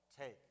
take